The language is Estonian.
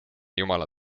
jumala